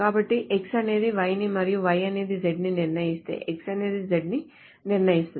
కాబట్టి X అనేది Y ని మరియు Y అనేది Z ని నిర్ణయిస్తే X అనేది Z ని నిర్ణయిస్తుంది